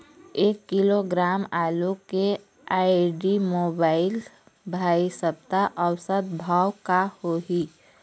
एक किलोग्राम आलू के आईडी, मोबाइल, भाई सप्ता औसत भाव का होही?